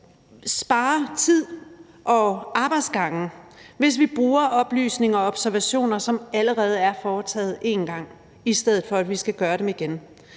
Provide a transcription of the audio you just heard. spare tid og arbejdsgange, hvis vi bruger oplysninger og observationer, som allerede er foretaget én gang, i stedet for at vi skal gøre det igen.